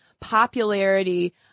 popularity